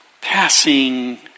passing